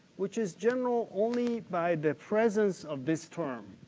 which is general only by the presence of this term.